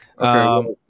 Okay